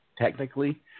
Technically